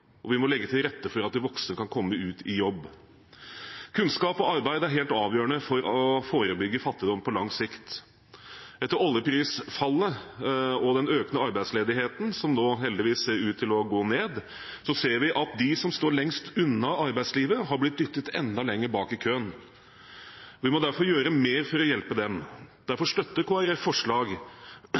og vi må legge til rette for at voksne kan komme ut i jobb. Kunnskap og arbeid er helt avgjørende for å forebygge fattigdom på lang sikt. Etter oljeprisfallet og den økende arbeidsledigheten som nå heldigvis ser ut til å gå ned, ser vi at de som står lengst unna arbeidslivet, har blitt dyttet enda lenger bak i køen. Vi må derfor gjøre mer for å hjelpe dem. Derfor støtter Kristelig Folkeparti forslag